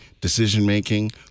decision-making